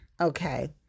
Okay